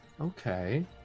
Okay